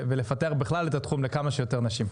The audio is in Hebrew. ולפתח בכלל את התחום לכמה שיותר נשים.